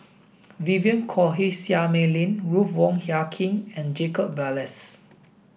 Vivien Quahe Seah Mei Lin Ruth Wong Hie King and Jacob Ballas